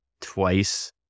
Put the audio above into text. twice